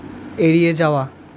এড়িয়ে যাওয়া